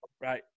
right